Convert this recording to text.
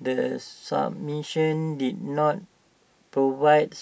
the submission did not provide